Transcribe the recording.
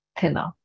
thinner